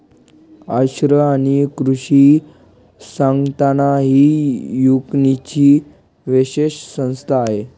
अन्न आणि कृषी संघटना ही युएनची विशेष संस्था आहे